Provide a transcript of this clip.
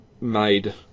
made